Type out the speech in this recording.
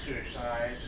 exercise